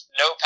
no